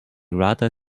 rather